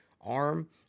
arm